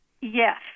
Yes